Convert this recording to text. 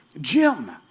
Jim